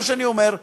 מה שאני אומר,